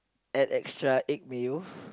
add extra egg mayo